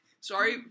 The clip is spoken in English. Sorry